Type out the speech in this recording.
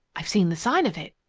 i've seen the sign of it.